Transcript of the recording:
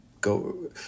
go